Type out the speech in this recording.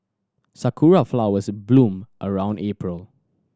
sakura flowers bloom around April